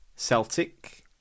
Celtic